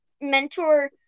mentor